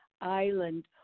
island –